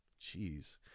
jeez